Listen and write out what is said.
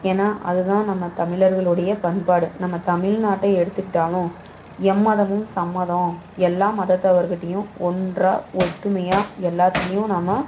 ஏன்னா அதுதான் நம்ம தமிழர்களுடைய பண்பாடு நம்ம தமிழ் நாட்டை எடுத்துக்கிட்டாலும் எம்மதமும் சம்மதம் எல்லா மதத்தவர் கிட்டையும் ஒன்றாக ஒற்றுமையா எல்லாத்திலையும் நம்ம